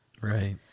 right